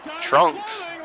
Trunks